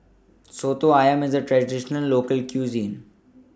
Soto Ayam IS A Traditional Local Cuisine